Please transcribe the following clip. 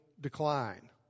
decline